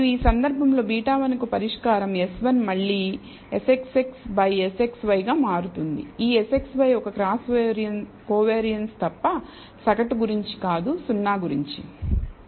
మరియు ఈ సందర్భంలో β1 కు పరిష్కారం S1 మళ్ళీ Sxx Sxy గా మారుతుంది ఈ Sxy ఒక క్రాస్ కోవియారిన్స్ తప్ప సగటు గురించి కాదు 0 గురించి